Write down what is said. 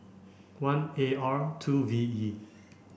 one A R two V E